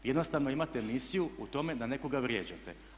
Jednostavno imate misiju u tome da nekoga vrijeđate.